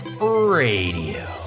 Radio